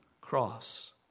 cross